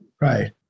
right